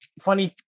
funny